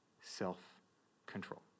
self-control